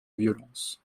violence